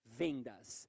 vendas